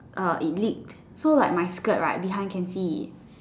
uh it leaked so like my skirt right behind can see